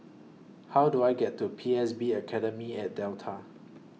How Do I get to P S B Academy At Delta